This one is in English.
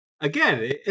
again